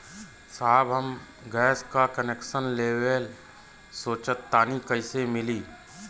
साहब हम गैस का कनेक्सन लेवल सोंचतानी कइसे मिली?